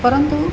परन्तु